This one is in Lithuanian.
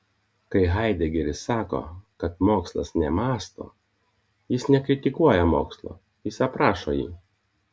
kai haidegeris sako kad mokslas nemąsto jis nekritikuoja mokslo jis aprašo jį